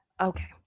Okay